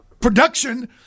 production